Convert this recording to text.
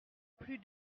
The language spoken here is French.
plus